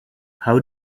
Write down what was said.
how